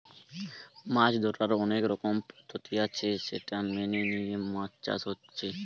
মাছ ধোরার অনেক রকমের পদ্ধতি আছে সেটা মেনে লিয়ে মাছ চাষ হচ্ছে